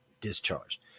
discharged